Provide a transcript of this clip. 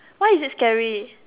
why is it scary